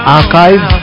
archive